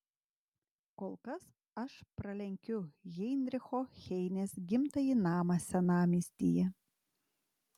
kol kas aš pralenkiu heinricho heinės gimtąjį namą senamiestyje